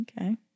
Okay